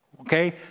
okay